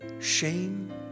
shame